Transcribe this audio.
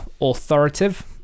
authoritative